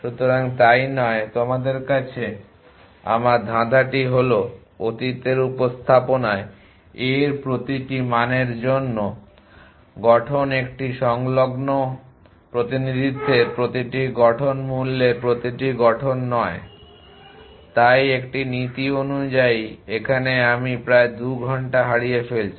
সুতরাং তাই নয় তোমাদের কাছে আমার ধাঁধাটি হল অতীতের উপস্থাপনায় a এর প্রতিটি মানের জন্য গঠন একটি সংলগ্ন প্রতিনিধিত্বের প্রতিটি গঠন মূল্যের প্রতিটি গঠন নয় তাই একটি নীতি অনুযায়ী এখানে আমি প্রায় 2 ঘন্টা হারিয়ে ফেলছি